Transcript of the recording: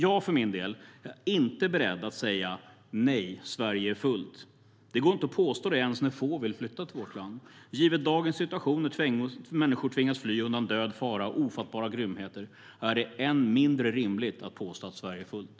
Jag för min del är inte beredd att säga "nej, Sverige är fullt". Det går inte att påstå det ens då få vill flytta till vårt land. Givet dagens situation, när människor tvingas fly undan död, fara och ofattbara grymheter, är det än mindre rimligt att påstå att Sverige är fullt.